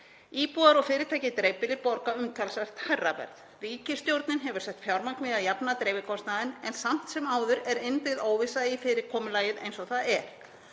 Íbúar og fyrirtæki í dreifbýli borga umtalsvert hærra verð. Ríkisstjórnin hefur sett fjármagn í að jafna dreifikostnaðinn en samt sem áður er innbyggð óvissa í fyrirkomulagið eins og það er.